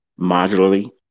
modularly